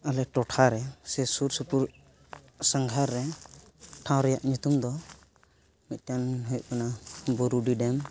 ᱟᱞᱮ ᱴᱚᱴᱷᱟ ᱨᱮ ᱥᱮ ᱥᱩᱨ ᱥᱩᱯᱩᱨ ᱥᱟᱸᱜᱷᱟᱨ ᱨᱮ ᱴᱷᱟᱶ ᱨᱮᱭᱟᱜ ᱧᱩᱛᱩᱢ ᱫᱚ ᱢᱤᱫᱴᱟᱝ ᱦᱩᱭᱩᱜ ᱠᱟᱱᱟ ᱵᱩᱨᱩᱰᱤ ᱰᱮᱹᱢ